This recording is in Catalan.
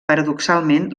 paradoxalment